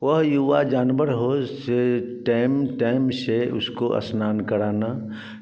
वह युवा जानवर से टैम टैम से उसको स्नान कराना